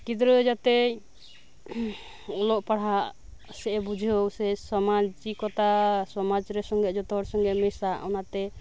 ᱜᱤᱫᱽᱨᱟᱹ ᱡᱟᱛᱮᱭ ᱚᱞᱚᱜ ᱯᱟᱲᱦᱟᱜ ᱥᱮᱫ ᱮ ᱵᱩᱡᱷᱟᱹᱣ ᱥᱮ ᱥᱟᱢᱟᱡᱤᱠᱚᱛᱟ ᱥᱮ ᱥᱚᱢᱟᱡᱽ ᱨᱮ ᱡᱷᱚᱛᱚ ᱦᱚᱲ ᱥᱚᱸᱜᱮ ᱢᱮᱥᱟ ᱚᱱᱟ ᱛᱮ